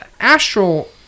astral